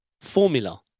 formula